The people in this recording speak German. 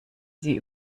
sie